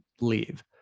leave